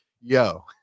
yo